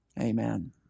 Amen